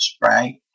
Right